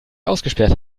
ausgesperrt